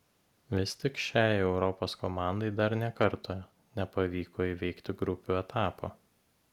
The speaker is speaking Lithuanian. vis tik šiai europos komandai dar nė karto nepavyko įveikti grupių etapo